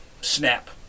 snap